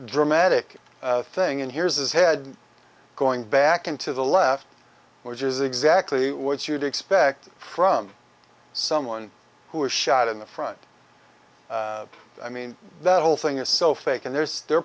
dramatic thing and here's his head going back into the left which is exactly what you'd expect from someone who was shot in the front i mean that whole thing is so fake and there's they're